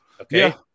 Okay